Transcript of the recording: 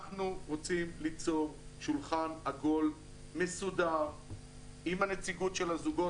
אנחנו רוצים ליצור שולחן עגול מסודר עם נציגות הזוגות,